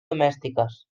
domèstiques